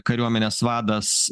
kariuomenės vadas